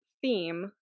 theme